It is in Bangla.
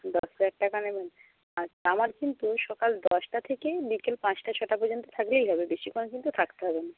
দশ হাজার টাকা নেবেন আচ্ছা আমার কিন্তু সকাল দশটা থেকে বিকেল পাঁচটা ছটা পর্যন্ত থাকলেই হবে বেশিক্ষণ কিন্তু থাকতে হবে না